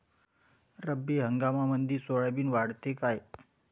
रब्बी हंगामामंदी सोयाबीन वाढते काय?